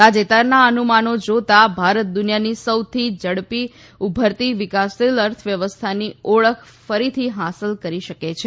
તાજેતરના અનુમાનો જોતા ભારત દુનિયાની સૌથી ઝડપથી ઉભરતી વિકાસશીલ અર્થવ્યવસ્થાની ઓળખ ફરીથી હાસીલ કરી શકે છે